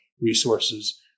resources